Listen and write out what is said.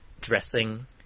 dressing